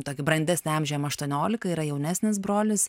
tokį brandesnį amžių jam aštuoniolika yra jaunesnis brolis